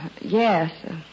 Yes